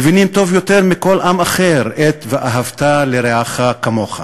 מבינים טוב יותר מכל אדם אחר את "ואהבת לרעך כמוך",